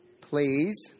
please